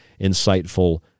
insightful